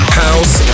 house